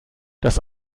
das